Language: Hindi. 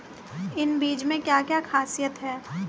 इन बीज में क्या क्या ख़ासियत है?